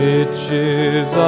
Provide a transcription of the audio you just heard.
Riches